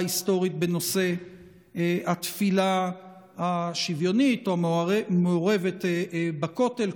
היסטורית בנושא התפילה השוויונית או המעורבת בכותל,